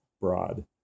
broad